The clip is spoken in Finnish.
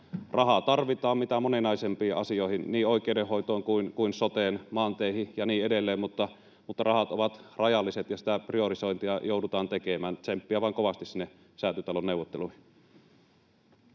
rahaa tarvitaan mitä moninaisimpiin asioihin, niin oikeudenhoitoon, soteen kuin maanteihin ja niin edelleen, mutta rahat ovat rajalliset ja sitä priorisointia joudutaan tekemään. Tsemppiä vaan kovasti sinne Säätytalon neuvotteluihin.